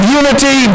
unity